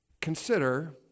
Consider